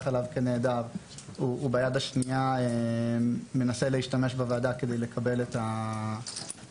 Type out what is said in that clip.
עליו כנעדר וביד השנייה הוא מנסה להשתמש בוועדה כדי לקבל את הזכאויות.